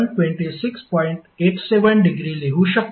87° लिहू शकतो